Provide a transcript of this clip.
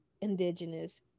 indigenous